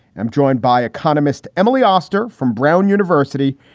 i'm joined by economist emily oster from brown university,